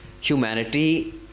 humanity